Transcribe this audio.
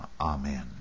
Amen